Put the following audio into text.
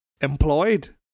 employed